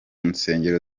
nsengero